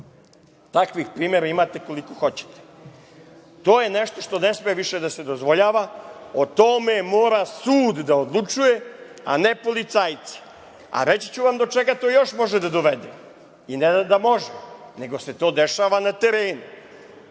Takvih primera imate koliko hoćete. To je nešto što ne sme više da se dozvoljava. O tome mora sud da odlučuje, a ne policajci. Reći ću vam do čega to još može da dovede i ne da može, nego se to dešava na terenu.